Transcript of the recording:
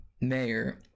mayor